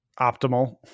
optimal